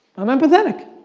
i'm empathetic.